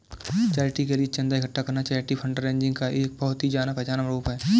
charity के लिए चंदा इकट्ठा करना चैरिटी फंडरेजिंग का एक बहुत ही जाना पहचाना रूप है